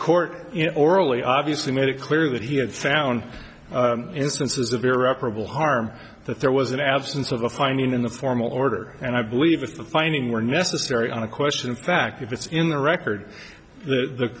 court orally obviously made it clear that he had found instances of irreparable harm that there was an absence of a finding in the formal order and i believe if the finding were necessary on a question of fact if it's in the record the